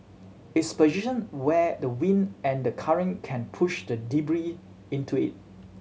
it's position where the wind and the current can push the debris into it